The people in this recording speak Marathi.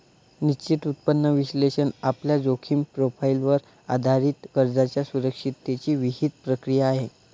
निश्चित उत्पन्न विश्लेषण आपल्या जोखीम प्रोफाइलवर आधारित कर्जाच्या सुरक्षिततेची विहित प्रक्रिया आहे